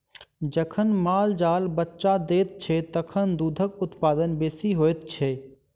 जखन माल जाल बच्चा दैत छै, तखन दूधक उत्पादन बेसी होइत छै